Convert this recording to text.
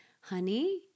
honey